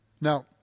Now